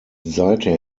seither